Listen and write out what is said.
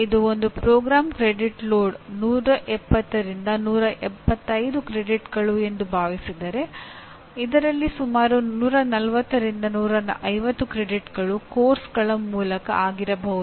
ಇಂದು ಒಂದು ಕಾರ್ಯಕ್ರಮದ credit load 170 ರಿಂದ 175 ಕ್ರೆಡಿಟ್ಗಳು ಎಂದು ಭಾವಿಸಿದರೆ ಇದರಲ್ಲಿ ಸುಮಾರು 140 ರಿಂದ 150 ಕ್ರೆಡಿಟ್ಗಳು ಪಠ್ಯಕ್ರಮಗಳ ಮೂಲಕ ಆಗಿರಬಹುದು